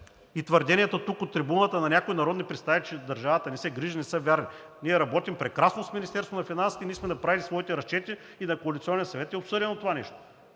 и твърденията тук, от трибуната, на някои народни представители, че държавата не се грижи, не са верни. Ние работим прекрасно с Министерството на финансите и ние сме направили своите разчети и на коалиционен съвет това нещо